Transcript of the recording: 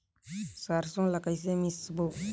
सरसो ला कइसे मिसबो?